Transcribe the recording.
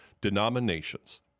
denominations